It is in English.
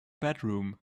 bedroom